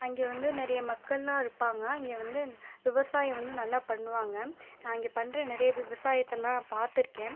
அங்கே வந்து நிறைய மக்கள்லாம் இருப்பாங்க அங்கே வந்து விவசாயம் வந்து நல்லா பண்ணுவாங்க அங்கே பண்ணுற நிறைய விவசாயத்தல்லாம் நான் பார்த்திருக்கேன்